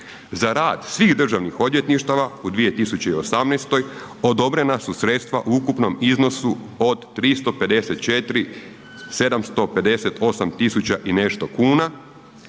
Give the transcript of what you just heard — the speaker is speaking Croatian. Za rad svih državnih odvjetništava u 2018. odobrena su sredstva u ukupnom iznosu od 354, 758 tisuća i nešto kuna,